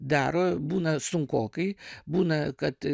daro būna sunkokai būna kad